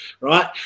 right